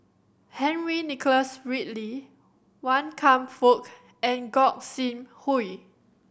Henry Nicholas Ridley Wan Kam Fook and Gog Sing Hooi